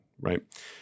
right